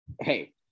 hey